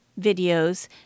videos